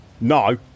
No